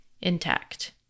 intact